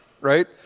right